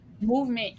movement